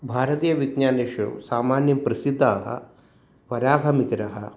भारतीयविज्ञानेषु सामान्यं प्रसिद्धाः वराहमिहिरः